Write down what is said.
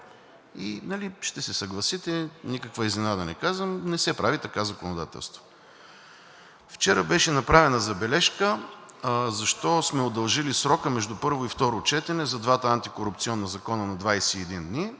И ще се съгласите – никаква изненада не казвам, не се прави така законодателство. Вчера беше направена забележка защо сме удължили срока между първо и второ четене за двата антикорупционни закона на 21 дни?